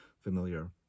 familiar